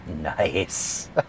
Nice